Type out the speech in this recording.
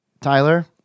Tyler